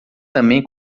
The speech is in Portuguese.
também